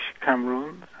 Cameroon